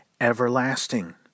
everlasting